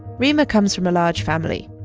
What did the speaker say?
reema comes from a large family.